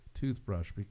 toothbrush